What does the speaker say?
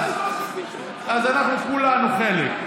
אז אנחנו כולנו חלק.